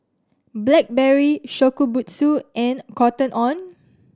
Blackberry Shokubutsu and Cotton On